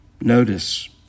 notice